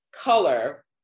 color